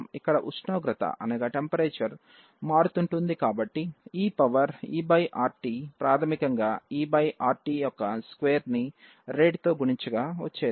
ఇక్కడ ఉష్ణోగ్రత మారుతుంటుంది కాబట్టి e E RT ప్రాధమికంగా E RT యొక్క స్క్వేర్ ని రేట్ rతో గుణించగా వచ్చేది